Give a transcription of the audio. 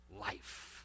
life